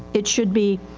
it should be,